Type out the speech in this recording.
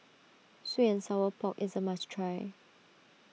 Sweet and Sour Pork is a must try